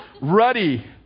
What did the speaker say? ruddy